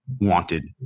wanted